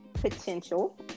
potential